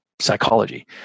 psychology